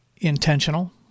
intentional